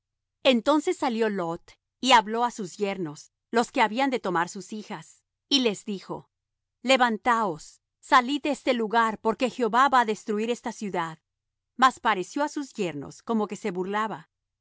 entonces salió lot y habló á sus yernos los que habían de tomar sus hijas y les dijo levantaos salid de este lugar porque jehová va á destruir esta ciudad mas pareció á sus yernos como que se burlaba